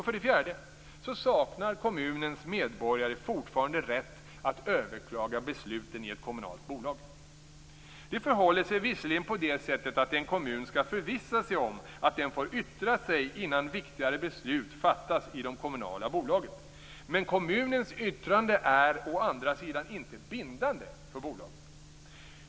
För det fjärde saknar kommunens medborgare fortfarande rätt att överklaga besluten i ett kommunalt bolag. Det förhåller sig visserligen på det sättet att en kommun skall förvissa sig om att den får yttra sig innan viktigare beslut fattas i de kommunala bolagen. Men kommunens yttrande är å andra sidan inte bindande för bolagen.